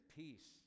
peace